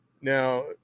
Now